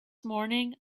morning